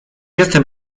jestem